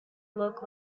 look